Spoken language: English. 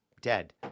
dead